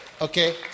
Okay